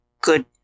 Good